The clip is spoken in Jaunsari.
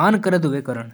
बनाण जरूरी छै।